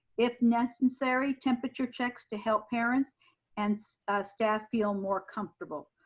if necessary temperature checks to help parents and staff feel more comfortable.